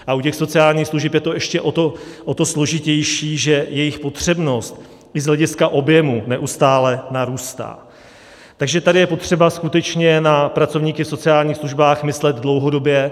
A u těch sociálních služeb je to ještě o to složitější, že jejich potřebnost i z hlediska objemu neustále narůstá, takže tady je potřeba skutečně na pracovníky v sociálních službách myslet dlouhodobě.